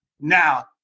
now